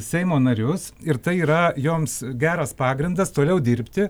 seimo narius ir tai yra joms geras pagrindas toliau dirbti